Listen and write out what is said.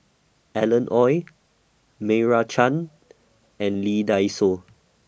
Alan Oei Meira Chand and Lee Dai Soh